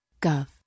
Gov